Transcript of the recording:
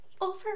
over